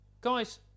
guys